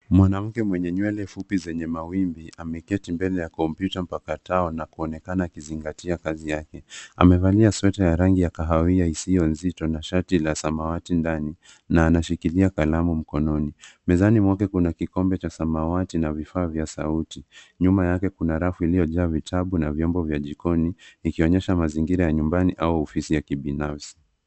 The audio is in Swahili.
Mwanamke mwenye nywele fupi zenye mawimbi ameketi mbele ya kompyuta mpakatao na kuonekana akizingatia kazi yake. Amevalia sweta ya rangi ya kahawia isiyo nzito na shati la samawati ndani na anashikilia kalamu mkononi. Mezani mwake kuna kikombe cha samawati na vifaa vya sauti. Nyuma yake kuna rafu iliyojaa vitabu na vyombo vya jikoni ikionyesha mazingira ya nyumbani au ofisi ya kibinafsi.